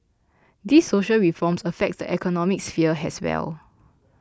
these social reforms affect the economic sphere as well